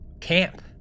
camp